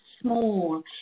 small